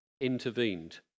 intervened